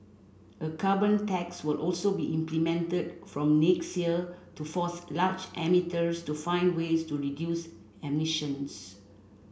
a carbon tax will also be implemented from next year to force large emitters to find ways to reduce emissions